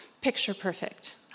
picture-perfect